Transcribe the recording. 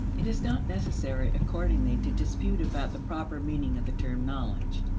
it is not necessary, accordingly, to dispute about the proper meaning of the term knowledge.